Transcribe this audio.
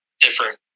different